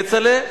כצל'ה?